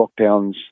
lockdowns